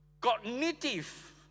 cognitive